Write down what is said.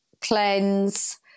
cleanse